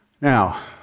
Now